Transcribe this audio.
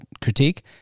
critique